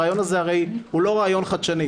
הרי הרעיון הזה לא רעיון חדשני,